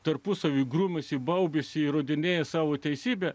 tarpusavyje grumiasi baubiasi įrodinėja savo teisybę